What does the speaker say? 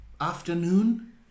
afternoon